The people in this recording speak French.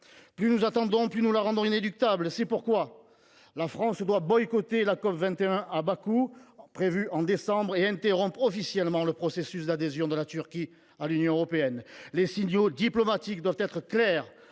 Plus nous attendons, plus nous la rendons inéluctable. C’est pourquoi la France doit boycotter la COP21 prévue à Bakou en décembre prochain et interrompre officiellement le processus d’adhésion de la Turquie à l’Union européenne. Les signaux diplomatiques doivent être clairs,